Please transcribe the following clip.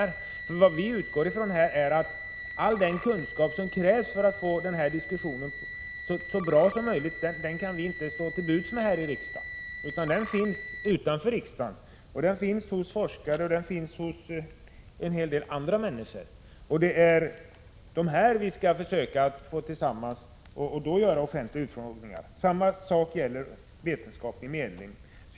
Vi utgår nämligen från att vi inte här i riksdagen kan stå till tjänst med all den kunskap som krävs för att göra denna diskussion så bra som möjligt. Den kunskapen finns utanför riksdagen, hos forskare och en hel del andra människor. Det är dessa vi skall försöka att samla till offentliga utfrågningar. Samma sak gäller för vetenskaplig medling.